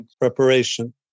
preparation